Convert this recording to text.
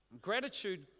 gratitude